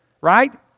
Right